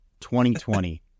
2020